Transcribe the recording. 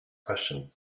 question